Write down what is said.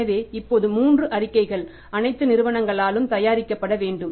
எனவே இப்போது 3 அறிக்கைகள் அனைத்து நிறுவனங்களாலும் தயாரிக்கப்பட வேண்டும்